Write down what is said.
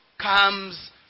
comes